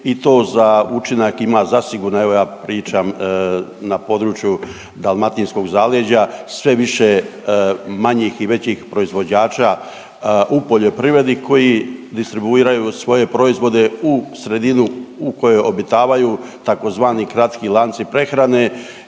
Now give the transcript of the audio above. i to za učinak ima zasigurno evo ja pričam na području dalmatinskog zaleđa sve više manjih i većih proizvođača u poljoprivredi koji distribuiraju svoje proizvode u sredinu u kojoj obitavaju tzv. kratki lanci prehrane